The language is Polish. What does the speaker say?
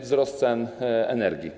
Wzrost cen energii.